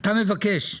אתה מבקש.